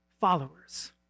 followers